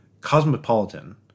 Cosmopolitan